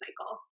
cycle